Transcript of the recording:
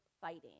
fighting